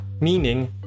meaning